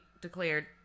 declared